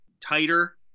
tighter